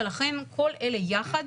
ולכן כל אלה יחד,